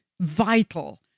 vital